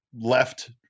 left